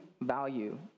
value